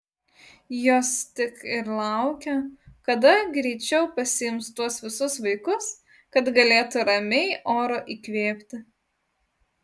jos tik ir laukia kada greičiau pasiims tuos visus vaikus kad galėtų ramiai oro įkvėpti